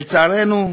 לצערנו,